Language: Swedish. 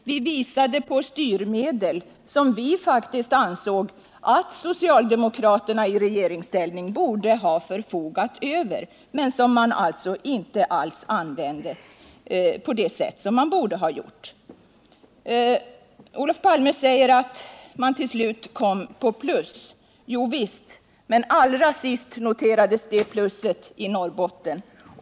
Vi visade på styrmedel som vi ansåg att socialdemokraterna i regeringsställning faktiskt förfogade över men som de alltså inte alls använde på det sätt som de borde ha gjort. Olof Palme säger att man till slut kom på plus. Ja visst, men allra sist noterades det plusset i Norrbotten.